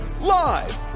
live